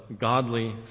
godly